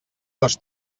dos